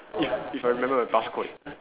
if if I remember the passcode